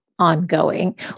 Ongoing